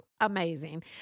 amazing